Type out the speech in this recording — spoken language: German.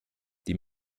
die